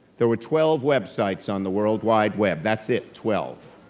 there were twelve websites on the world wide web, that's it, twelve.